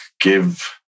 give